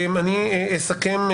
אני אסכם.